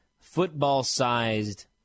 football-sized